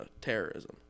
terrorism